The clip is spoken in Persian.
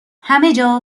همهجا